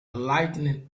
lighting